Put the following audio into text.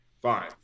Fine